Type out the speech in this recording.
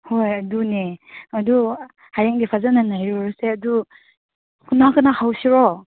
ꯍꯣꯏ ꯑꯗꯨꯅꯦ ꯑꯗꯨ ꯍꯌꯦꯡꯗꯤ ꯐꯖꯅ ꯅꯩꯔꯨꯔꯁꯦ ꯑꯗꯨ ꯀꯅꯥ ꯀꯅꯥ ꯍꯧꯁꯤꯔꯣ